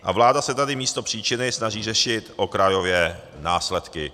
A vláda se tady místo příčiny snaží řešit okrajově následky.